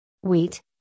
wheat